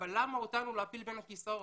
אבל למה אותנו להפיל בין הכיסאות?